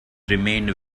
remained